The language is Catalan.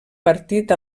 partit